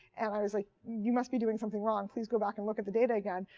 and i was like, you must be doing something wrong. please go back and look at the data again.